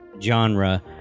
genre